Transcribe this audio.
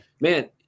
man